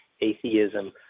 atheism